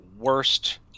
worst